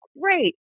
great